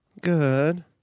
Good